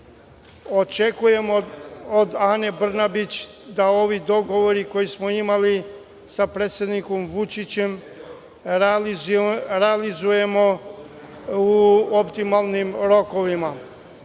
Očekujemo od Ane Brnabić, da ovi dogovori koje smo imali sa predsednikom Vučićem, realizujemo u optimalnim rokovima.